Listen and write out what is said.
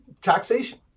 taxation